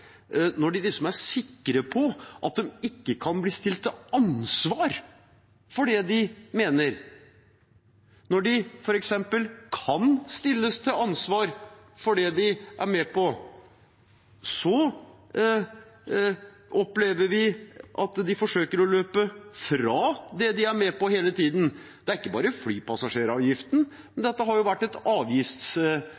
ikke kan bli stilt til ansvar for det de mener. Når de f.eks. kan stilles til ansvar for det de er med på, opplever vi at de forsøker å løpe fra det hele tiden. Det gjelder ikke bare flypassasjeravgiften,